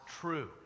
true